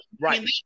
right